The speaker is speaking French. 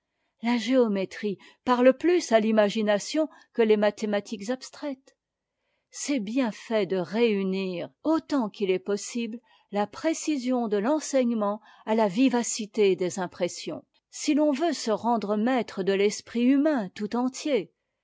la géométrie parle plus à l'imagination que les mathématiques abstraites c'est bien fait de réunir autant qu'il est possible la précision de renseignement à la vivacité des impressions si l'on veut se rendre maître de l'esprit humain tout entier